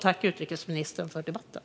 Tack, utrikesministern, för debatten!